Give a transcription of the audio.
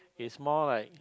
it's more like